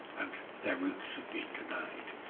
and their roots have been denied.